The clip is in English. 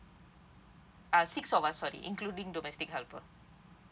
uh six of us sorry including domestic helper